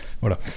Voilà